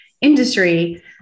industry